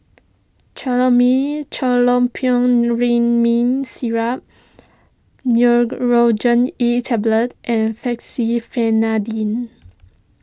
Chlormine Syrup Nurogen E Tablet and Fexofenadine